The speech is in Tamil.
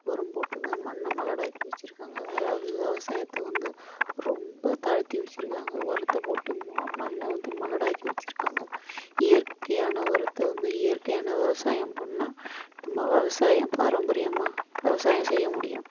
உரம் போட்டுத்தான் மண்ணை மலடாக்கி வச்சிருக்காங்கள் அதாவது விவசாயத்த வந்து ரொம்ப தாழ்த்தி வச்சிருக்காங்க உரத்த போட்டு ம மண்ணை வந்து மலடாக்கி வச்சிருக்காங்கள் இயற்கையான உரத்த வந்து இயற்கையான விவசாயம் பண்ணால் நம்ம விவசாயம் பாரம்பரியமாக விவசாயம் செய்ய முடியும்